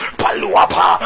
paluapa